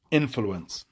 influence